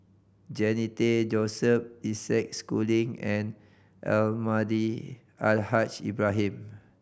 Jannie Tay Joseph Isaac Schooling and Almahdi Al Haj Ibrahim